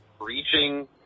reaching